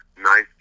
nice